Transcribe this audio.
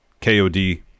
KOD